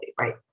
Right